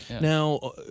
Now